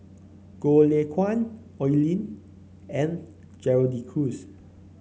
Goh Lay Kuan Oi Lin and Gerald De Cruz